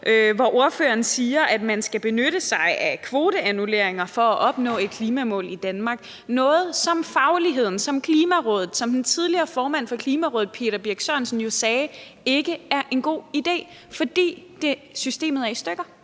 hvor ordføreren siger, at man skal benytte sig af kvoteannulleringer for at opnå et klimamål i Danmark; noget, som fagligheden, som Klimarådet, altså som den tidligere formand for Klimarådet, Peter Birch Sørensen, jo sagde ikke er en god idé, fordi systemet er i stykker.